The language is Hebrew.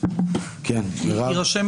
לא.